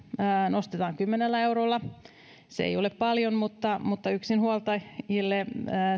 nostetaan kymmenellä eurolla se ei ole paljon mutta mutta yksinhuoltajille